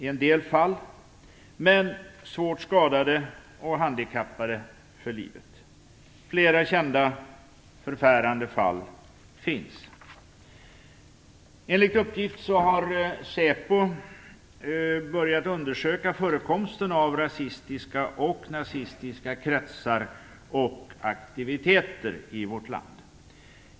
Men de har varit svårt skadade och handikappade för livet. Det finns flera kända förfärande fall. Enligt uppgift har säpo börjat undersöka förekomsten av rasistiska och nazistiska kretsar och aktiviteter i vårt land.